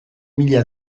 mila